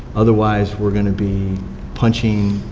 otherwise we're gonna be punching